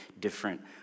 different